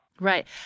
Right